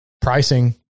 pricing